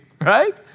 right